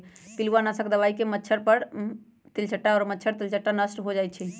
पिलुआ नाशक दवाई के छिट्ला पर मच्छर, तेलट्टा नष्ट हो जाइ छइ